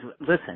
Listen